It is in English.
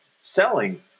selling